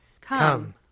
Come